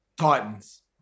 Titans